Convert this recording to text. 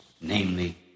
namely